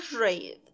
rate